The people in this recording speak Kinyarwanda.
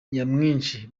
nyamwinshi